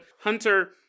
Hunter